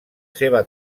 seva